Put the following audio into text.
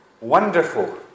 wonderful